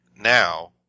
now